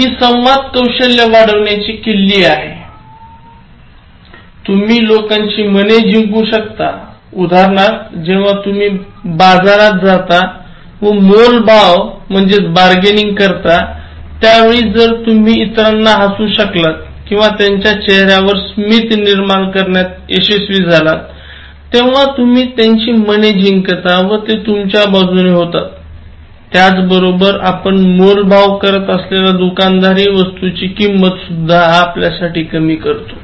हि संवाद कौशल्य वाढवण्याची किल्ली आहे तुम्ही लोकांची मने जिंकू शकता उदाहरणार्थ जेव्हा तुम्ही बाजारत जाता व मोलभाव करता त्यावेळी जर तुम्ही इतरांना हसवू शकलात किंवा त्यांच्या चेहऱ्यावर स्मित निर्माण करण्यात यशस्वी झालात तेव्हा तुम्ही त्यांची मने जिंकता व ते तुमच्या बाजूने होतात त्याचबरोबर आपण मोलभाव करत असलेला दुकानदारहि वस्तूची किंमत सुद्धा कमी करतो